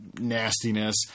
nastiness